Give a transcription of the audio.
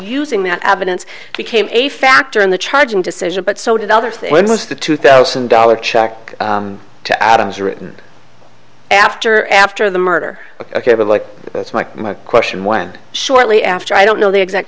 using that evidence became a factor in the charging decision but so did other things the two thousand dollars check to adams written after after the murder ok but like that's my my question why and shortly after i don't know the exact